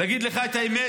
להגיד לך את האמת?